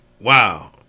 wow